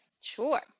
Sure